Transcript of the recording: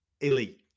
Elite